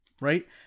right